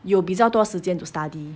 有比较多时间 to study